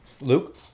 Luke